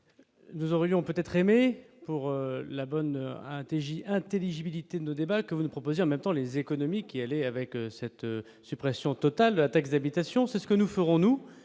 Nous aurions peut-être aimé pour la bonne un TJ intelligibilité de débat que vous nous proposez en même temps, les économies qui allait avec cette suppression totale de la taxe d'évita, c'est ce que nous ferons-nous